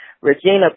Regina